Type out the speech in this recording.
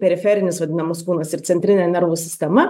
periferinis vadinamas kūnas ir centrinė nervų sistema